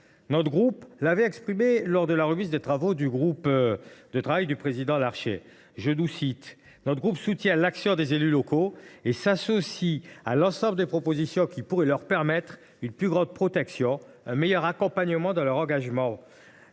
Le groupe GEST l’a exprimé dès la remise des travaux du groupe de travail du président Gérard Larcher sur la décentralisation :« Notre groupe soutient l’action des élus locaux et s’associe à l’ensemble des propositions qui pourraient leur permettre une plus grande protection, un meilleur accompagnement dans leur engagement.